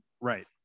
Right